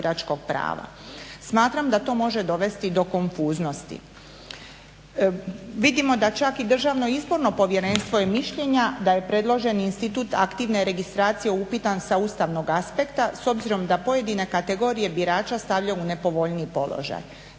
Smatram da to može dovesti do konfuznosti. Vidimo da čak i DIP je mišljenja da je predloženi institut aktivne registracije upitan sa ustavnog aspekta s obzirom da pojedine kategorije birača stavljaju u nepovoljniji položaj.